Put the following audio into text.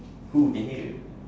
who can hear